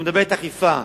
שמדברת על אכיפה,